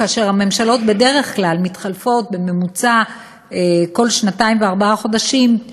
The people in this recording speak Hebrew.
כאשר הממשלות בדרך כלל מתחלפות בממוצע כל שנתיים וארבעה חודשים,